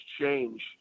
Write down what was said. change